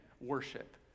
worship